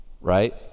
Right